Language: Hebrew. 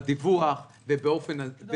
בדיווח ובאופן -- לא,